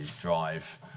drive